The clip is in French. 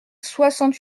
soixante